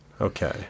Okay